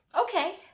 Okay